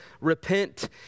Repent